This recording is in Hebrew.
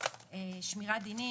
שמירת דינים.